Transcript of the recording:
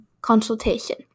consultation